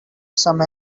some